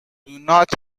not